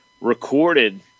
recorded